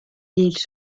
ils